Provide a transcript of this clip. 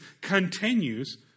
continues